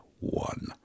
One